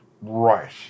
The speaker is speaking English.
Right